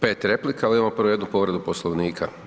Pet replika, ali imamo prvo jednu povredu Poslovnika.